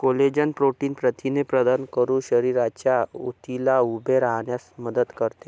collagen protein प्रथिने प्रदान करून शरीराच्या ऊतींना उभे राहण्यास मदत करते